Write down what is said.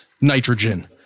nitrogen